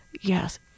Yes